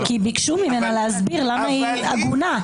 כי ביקשו ממנה להסביר למה היא הגונה.